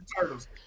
turtles